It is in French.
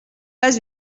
pas